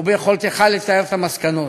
וביכולתך לתאר את המסקנות,